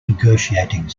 negotiating